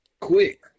Quick